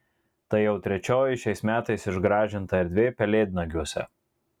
tai jau trečioji šiais metais išgražinta erdvė pelėdnagiuose